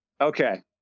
Okay